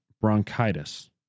bronchitis